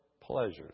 pleasures